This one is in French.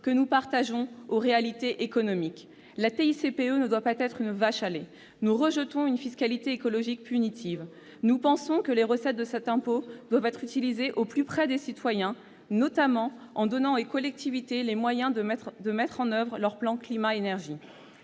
que nous partageons, aux réalités économiques. La TICPE ne doit pas être une « vache à lait ». Nous rejetons une fiscalité écologique punitive. Nous pensons que les recettes de cet impôt doivent être utilisées au plus près des citoyens, notamment en donnant aux collectivités les moyens de mettre en oeuvre leur plan climat-énergie.